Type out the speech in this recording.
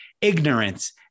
ignorance